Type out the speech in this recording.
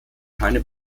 keine